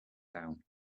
down